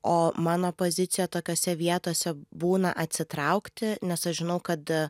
o mano pozicija tokiose vietose būna atsitraukti nes aš žinau kada